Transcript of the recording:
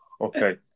Okay